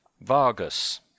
Vargas